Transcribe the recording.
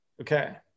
Okay